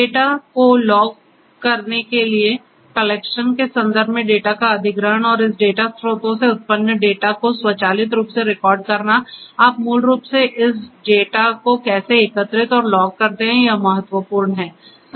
data को log करने के लिए कलेक्शन के संदर्भ में डेटा का अधिग्रहण और इस डेटा स्रोतों से उत्पन्न डेटा को स्वचालित रूप से रिकॉर्ड करना आप मूल रूप से इस डेटा को कैसे एकत्रित और लॉग करते हैं यह महत्वपूर्ण है